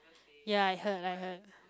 ya I heard I heard